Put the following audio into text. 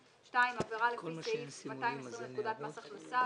(2) עבירה לפי סעיף 220 לפקודת מס הכנסה,